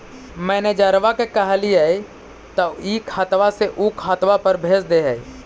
मैनेजरवा के कहलिऐ तौ ई खतवा से ऊ खातवा पर भेज देहै?